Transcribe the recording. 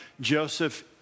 Joseph